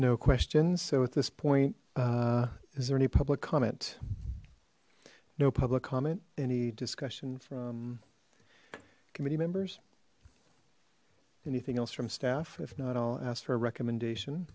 no questions so at this point is there any public comment no public comment any discussion from committee members anything else from staff if not all asked for a recommendation